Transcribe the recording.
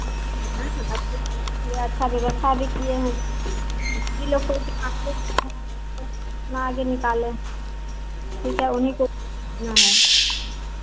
हाँ के हिसाब से ये अच्छा व्यवस्था भी किए हैं आ किसी लोग को इतना अच्छे से समझाए हैं कितना आगे निकाले हैं ठीक है उन्हीं को वोट देना है